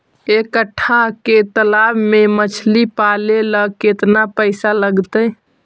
एक कट्ठा के तालाब में मछली पाले ल केतना पैसा लगतै?